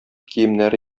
киемнәре